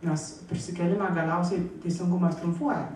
nes prisikėlimą galiausiai teisingumas triumfuoja